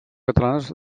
catalanes